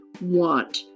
want